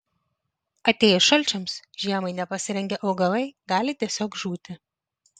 atėjus šalčiams žiemai nepasirengę augalai gali tiesiog žūti